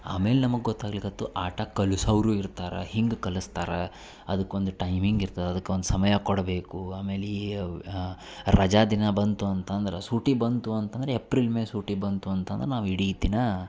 ಆಮೇಲೆ ನಮಗೆ ಗೊತ್ತಾಗ್ಲಿಕತ್ತು ಆಟ ಕಲಿಸೋವ್ರೂ ಇರ್ತಾರೆ ಹೀಗ್ ಕಲಿಸ್ತಾರ ಅದಕ್ಕೊಂದು ಟೈಮಿಂಗ್ ಇರ್ತದೆ ಅದಕ್ಕೊಂದು ಸಮಯ ಕೊಡಬೇಕು ಆಮೇಲೆ ರಜಾ ದಿನ ಬಂತು ಅಂತಂದ್ರೆ ಸೂಟಿ ಬಂತು ಅಂತಂದ್ರೆ ಎಪ್ರಿಲ್ ಮೆ ಸೂಟಿ ಬಂತು ಅಂತಂದ್ರೆ ನಾವು ಇಡೀ ದಿನ